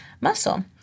muscle